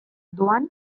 doan